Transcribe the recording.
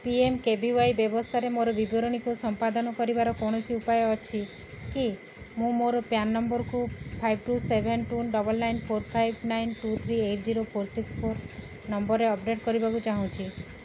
P M K V Y ବ୍ୟବସ୍ଥାରେ ମୋର ବିବରଣୀକୁ ସମ୍ପାଦନ କରିବାର କୌଣସି ଉପାୟ ଅଛି କି ମୁଁ ମୋର ପ୍ୟାନ୍ ନମ୍ବରକୁ five two seven two double nine four five nine two three eight zero four six four ନମ୍ବରରେ ଅପଡ଼େଟ୍ କରିବାକୁ ଚାହୁଁଛି